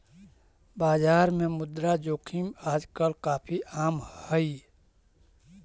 बाजार में मुद्रा जोखिम आजकल काफी आम हई